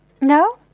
No